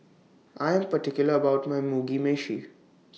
I Am particular about My Mugi Meshi